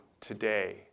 today